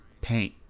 paint